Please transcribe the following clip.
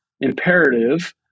imperative